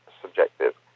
subjective